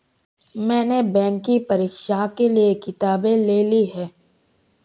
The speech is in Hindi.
मैने बैंक के परीक्षा के लिऐ किताबें ले ली हैं